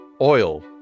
oil